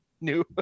new